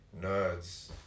nerds